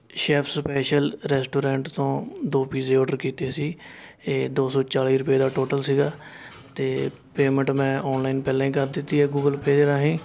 chef special restaurant ਤੋਂ ਦੋ ਪੀਜੇ ਔਡਰ ਕੀਤੇ ਸੀ ਇਹ ਦੋ ਸੌ ਚਾਲ਼ੀ ਰੁਪਏ ਦਾ ਟੋਟਲ ਸੀਗਾ ਅਤੇ ਪੇਮੈਂਟ ਮੈਂ ਔਨਲਾਈਨ ਪਹਿਲਾਂ ਹੀ ਕਰ ਦਿੱਤੀ ਹੈ ਗੂਗਲ ਪੇ ਰਾਹੀਂ